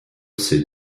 ces